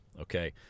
okay